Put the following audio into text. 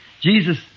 Jesus